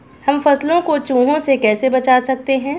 हम फसलों को चूहों से कैसे बचा सकते हैं?